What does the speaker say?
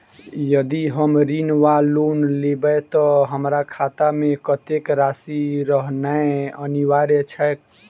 यदि हम ऋण वा लोन लेबै तऽ हमरा खाता मे कत्तेक राशि रहनैय अनिवार्य छैक?